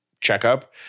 checkup